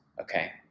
okay